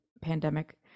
pandemic